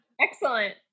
excellent